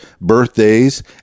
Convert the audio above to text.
birthdays